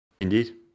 Indeed